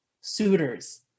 suitors